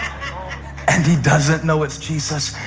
and he doesn't know it's jesus.